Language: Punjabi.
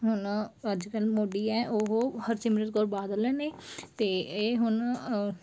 ਹੁਣ ਅੱਜ ਕੱਲ੍ਹ ਮੋਢੀ ਹੈ ਉਹ ਹਰਸਿਮਰਤ ਕੌਰ ਬਾਦਲ ਨੇ ਅਤੇ ਇਹ ਹੁਣ